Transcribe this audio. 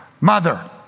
mother